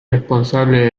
responsable